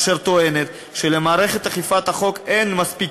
אשר טוענת שלמערכת אכיפת החוק אין מספיק